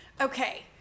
Okay